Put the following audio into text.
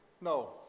No